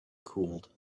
cooled